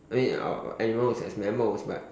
I mean uh animals as mammals but